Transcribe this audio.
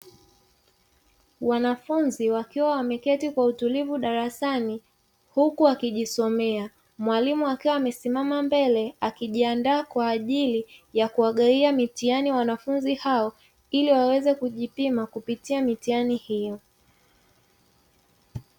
Wanafunzi wakiwa wameketi kwa utulivu darasani huku wakijisomea, mwalimu akiwa amesimama mbele akijiandaa kwa ajili ya kuwagawia mitihani wanafunzi hao ili waweze kujipima kupitia mitihani hiyo.